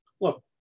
Look